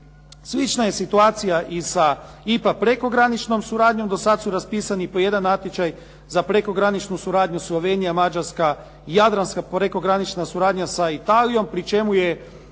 Slična je situacija i sa IPA prekograničnom suradnjom. Do sad su raspisani po jedan natječaj za prekograničnu suradnju Slovenija, Mađarska, jadranska prekogranična suradnja sa Italijom, pri čemu je